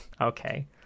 Okay